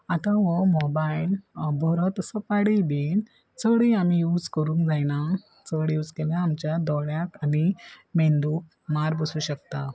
आतां हो मोबायल बरो तसो पाडय बी चडय आमी यूज करूंक जायना चड यूज केल्यार आमच्या दोळ्यांक आमी मेंदू मार बसू शकता